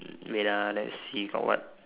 wait ah let's see got what